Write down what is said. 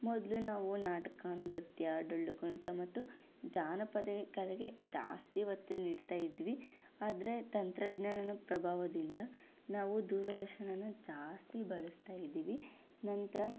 ಮೊದಲು ನಾವು ನಾಟಕ ನೃತ್ಯ ಡೊಳ್ಳು ಕುಣಿತ ಮತ್ತು ಜಾನಪದ ಕಲೆಗೆ ಜಾಸ್ತಿ ಒತ್ತು ನೀಡ್ತಾ ಇದ್ವಿ ಆದರೆ ತಂತ್ರಜ್ಞಾನದ ಪ್ರಭಾವದಿಂದ ನಾವು ದೂರದರ್ಶನನ ಜಾಸ್ತಿ ಬಳಸ್ತಾ ಇದ್ದೀವಿ ನಂತರ